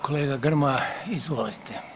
Kolega Grmoja, izvolite.